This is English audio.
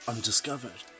Undiscovered